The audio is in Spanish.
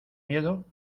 miedo